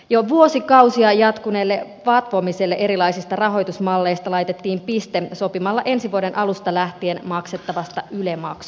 jo vuosikausia jatkuneelle vatvomiselle erilaisista rahoitusmalleista laitettiin piste sopimalla ensi vuoden alusta lähtien maksettavasta yle maksusta